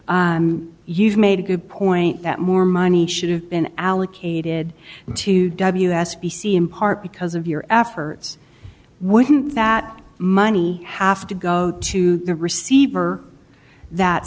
you've made a good point that more money should have been allocated to ws b c in part because of your efforts wouldn't that money have to go to the receiver that